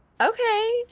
Okay